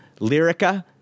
Lyrica